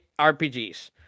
RPGs